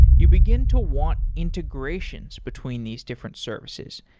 you begin to want integrations between these different services,